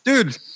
Dude